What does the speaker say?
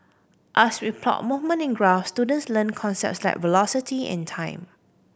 as we plot movement in graph students learn concepts like velocity and time